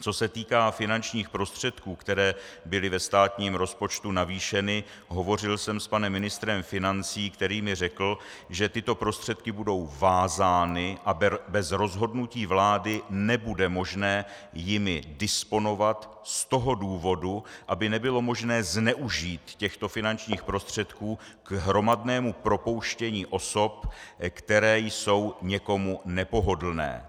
Co se týká finančních prostředků, které byly ve státním rozpočtu navýšeny, hovořil jsem s panem ministrem financí, který mi řekl, že tyto prostředky budou vázány a bez rozhodnutí vlády nebude možné jimi disponovat z toho důvodu, aby nebylo možné zneužít těchto finančních prostředků k hromadnému propouštění osob, které jsou někomu nepohodlné.